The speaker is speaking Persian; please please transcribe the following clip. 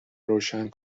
روشن